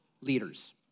leaders